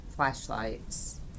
flashlights